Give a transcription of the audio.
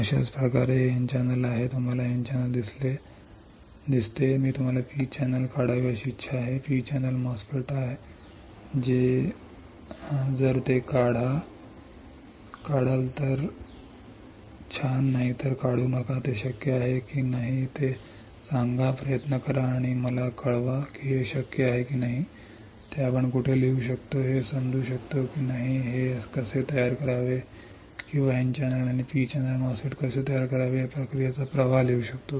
अशाच प्रकारे हे N चॅनेल आहे तुम्हाला हे N चॅनेल दिसते मी तुम्हाला P चॅनेल MOSFET काढावे अशी इच्छा आहे P चॅनेल MOSFET आहे होय जर ते काढा तर नाही तर काढू नका ते शक्य आहे की नाही ते सांगा प्रयत्न करा आणि मला कळवा की हे शक्य आहे की नाही ते आपण कुठे लिहू शकतो हे समजू शकतो की नाही हे कसे तयार करावे किंवा N चॅनेल आणि P चॅनेल MOSFETs कसे तयार करावे या प्रक्रियेचा प्रवाह लिहू शकतो